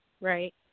Right